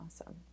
Awesome